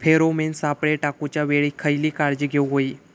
Pheromone सापळे टाकूच्या वेळी खयली काळजी घेवूक व्हयी?